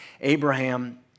Abraham